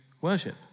worship